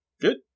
Good